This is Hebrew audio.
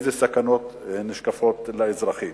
ראינו איזה סכנות נשקפות לאזרחים.